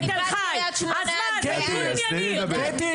קטי, קטי.